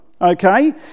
okay